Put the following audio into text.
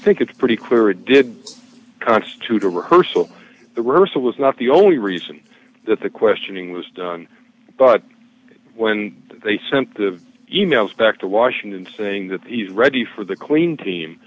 think it's pretty clear it did constitute a rehearsal the rehearsal was not the only reason that the questioning was done but when they sent the e mails back to washington saying that he's ready for the clean team